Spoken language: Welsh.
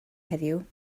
heddiw